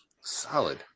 Solid